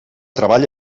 treball